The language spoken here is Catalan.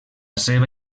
seva